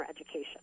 education